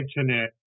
internet